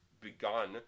begun